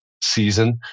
season